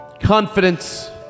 confidence